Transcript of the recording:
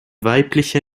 weibliche